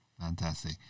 Fantastic